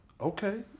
Okay